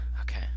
Okay